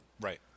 Right